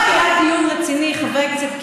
לא היה דיון רציני, חבר הכנסת קיש.